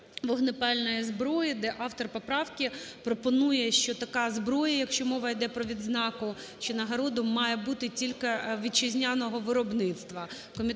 вогнепальної зброї, де автор поправки пропонує, що така зброя, якщо мова іде про відзнаку, що нагорода має бути тільки вітчизняного виробництва.